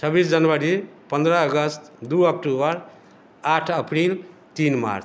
छब्बीस जनवरी पन्द्रह अगस्त दू अक्टूबर आठ अप्रिल तीन मार्च